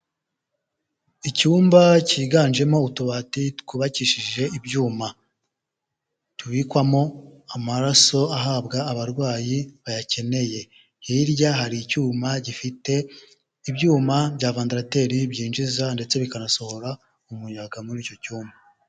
Icyumba cyiganjemo utubati twubakishije ibyuma tubikwamo amaraso ahabwa abarwayi bayakeneye, hirya hari icyuma gifite ibyuma bya vendarateri byinjiza ndetse bikanasohora umuyaga muri icyo cyumba.